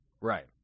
Right